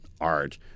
art